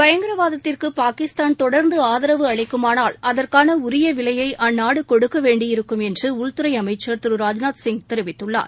பயங்கரவாதத்திற்கு பாகிஸ்தான் தொடர்ந்து ஆதரவு அளிக்குமானால் அதற்கான உரிய விலைய அந்நாடு கொடுக்க வேண்டியிருக்கும் என்று உள்துறை அமைச்சர் திரு ராஜ்நாத் சிங் தெரிவித்துள்ளார்